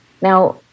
now